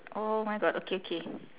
oh my god okay okay